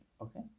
okay